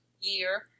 year